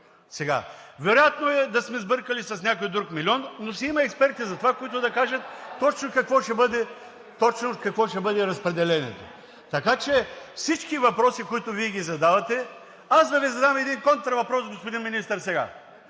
Вероятно е да сме сбъркали с някой друг милион, но си има експерти за това, които да кажат точно какво ще бъде разпределението. Така че от всички въпроси, които Вие задавате, сега аз да Ви задам един контравъпрос, господин Министър: Вие